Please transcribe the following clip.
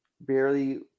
barely